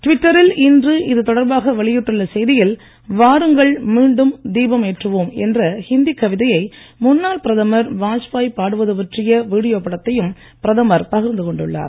ட்விட்டரில் இன்று இது தொடர்பாக வெளியிட்டுள்ள செய்தியில் வாருங்கள் மீண்டும் தீபமேற்றுவோம் என்ற இந்திக் கவிதையை முன்னாள் பிரதமர் வாஜ்பாய் பாடுவது பற்றிய வீடியோ படத்தையும் பிரதமர் பகிர்ந்து கொண்டுள்ளார்